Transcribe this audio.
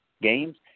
games